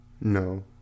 No